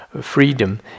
freedom